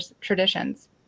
traditions